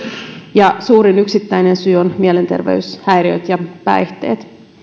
ja suurin yksittäinen syy on mielenterveyshäiriöt ja päihteet